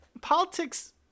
politics